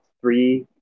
three